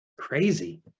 Crazy